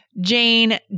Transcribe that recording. Jane